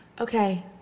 Okay